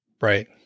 Right